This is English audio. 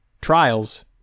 trials